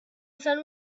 sun